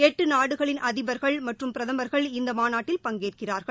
எட்டு நாடுகளின் அதிபர்கள் மற்றும் பிரதமர்கள் இந்த மாநாட்டில் பங்கேற்கிறார்கள்